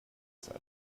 said